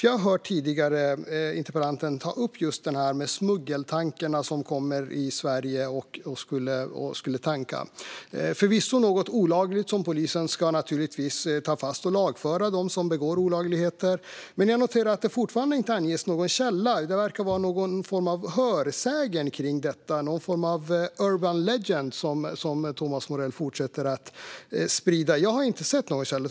Jag har tidigare hört interpellanten ta upp smuggeltankarna som kommer till Sverige och ska tanka. Förvisso är det olagligt. Polisen ska naturligtvis ta fast och lagföra dem som begår olagligheter. Men jag noterar att det fortfarande inte anges någon källa. Det verkar vara någon form av hörsägen, en urban legend, som Thomas Morell fortsätter att sprida. Jag har inte sett någon källa.